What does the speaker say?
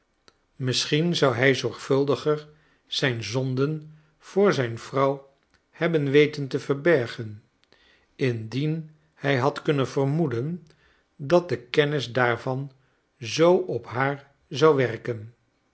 misschien zou hij zorgvuldiger zijn zonden voor zijn vrouw hebben weten te verbergen indien hij had kunnen vermoeden dat de kennis daarvan zoo op haar zou werken